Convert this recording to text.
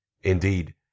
Indeed